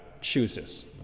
chooses